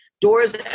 doors